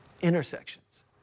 Intersections